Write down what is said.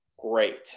Great